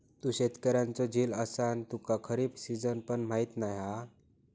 तू शेतकऱ्याचो झील असान तुका खरीप सिजन पण माहीत नाय हा